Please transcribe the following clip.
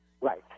Right